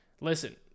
listen